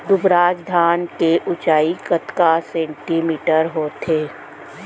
दुबराज धान के ऊँचाई कतका सेमी होथे?